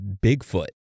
Bigfoot